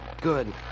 good